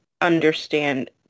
understand